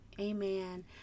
amen